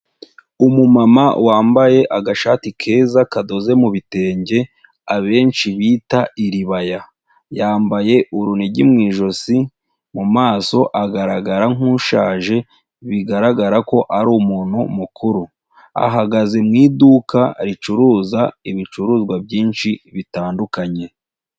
Umumama wambaye agashati keza kadoze mu bitenge, abenshi bita iribaya. Yambaye urunigi mu ijosi, mu maso agaragara nk'ushaje, bigaragara ko ari umuntu mukuru. Ahagaze mu iduka, ricuruza ibicuruzwa byinshi bitandukanye.